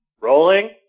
Rolling